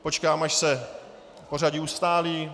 Počkám, až se pořadí ustálí.